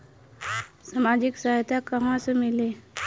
सामाजिक सहायता कहवा से मिली?